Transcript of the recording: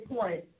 point